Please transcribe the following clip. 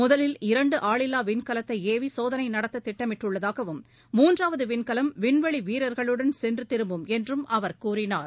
முதலில் இரண்டு ஆளில்வா விண்கலத்தை ஏவி சோதனை நடத்த திட்டமிட்டுள்ளதாகவும் மூன்றாவது விண்கலம் விண்வெளி வீரர்களுடன் சென்று திரும்பும் என்றும் அவர் கூறினார்